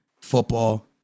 Football